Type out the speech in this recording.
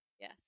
Yes